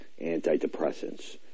antidepressants